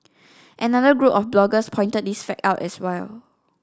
another group of bloggers pointed this fact out as well